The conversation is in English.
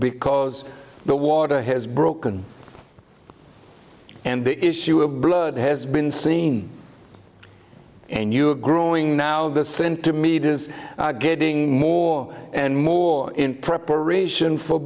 because the water has broken and the issue of blood has been seen and you are growing now the centimeters getting more and more in preparation for